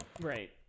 Right